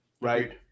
Right